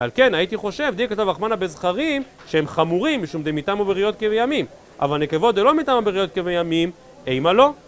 אבל כן, הייתי חושב, די כתב אחמנה, בזכרים שהם חמורים משום דמיתם או בריאות כמיימים. אבל נקבות זה לא מיתם או בריאות כמיימים, אימא לא.